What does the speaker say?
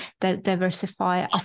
diversify